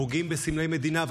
פוגעים בסמלי מדינה.